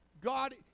God